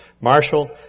Marshall